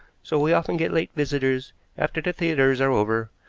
so we often get late visitors after the theaters are over.